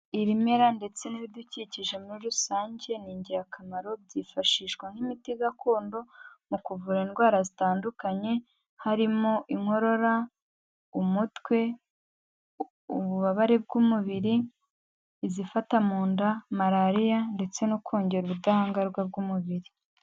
Ibimera ndetse n'ibidukikije muri rusange ni ingirakamaro, byifashishwa nk'imiti gakondo mu kuvura indwara zitandukanye harimo: inkorora, umutwe, ububabare bw'umubiri, izifata mu nda, malariya ndetse no kongera ubudahangarwa bw'umubiri.